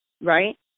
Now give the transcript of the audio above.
Right